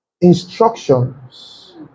instructions